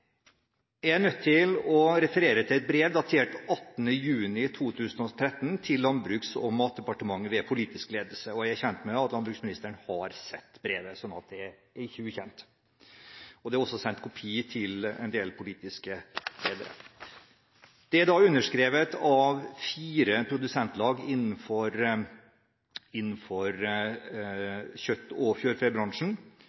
Jeg er nødt til å referere fra et brev datert 18. juni 2013 til Landbruks- og matdepartementet ved politisk ledelse. Jeg er kjent med at landbruksministeren har sett brevet, så det er ikke ukjent. Det er også sendt kopi til en del politiske ledere. Brevet er underskrevet av fire produsentlag innenfor